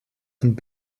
und